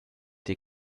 die